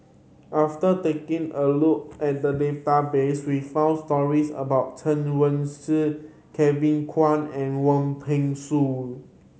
after taking a look at the database we found stories about Chen Wen Hsi Kevin Kwan and Wong Peng Soon